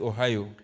Ohio